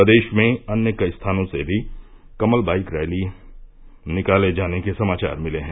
प्रदेश में अन्य कई स्थानों से भी कमल बाईक रैली निकाले जाने की भी समाचार मिले हैं